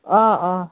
অঁ অঁ